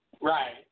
Right